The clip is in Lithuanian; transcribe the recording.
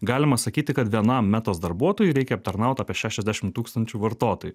galima sakyti kad vienam metos darbuotojui reikia aptarnaut apie šešiasdešim tūkstančių vartotojų